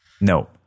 No